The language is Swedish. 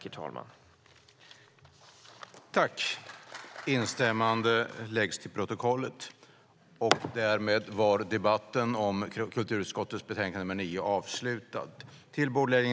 I detta anförande instämde Per Svedberg .